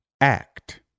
act